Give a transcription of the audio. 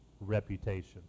reputation